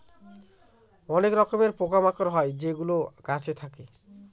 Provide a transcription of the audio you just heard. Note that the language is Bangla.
অনেক রকমের পোকা মাকড় হয় যেগুলো গাছে থাকে